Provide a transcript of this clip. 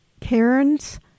Karen's